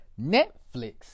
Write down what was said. Netflix